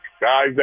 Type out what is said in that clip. guys